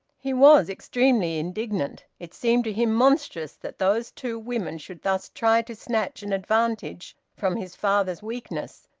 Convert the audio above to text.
he was extremely indignant. it seemed to him monstrous that those two women should thus try to snatch an advantage from his father's weakness,